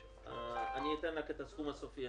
אני אתן רק את הסכום הסופי,